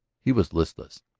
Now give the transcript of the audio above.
he was listless,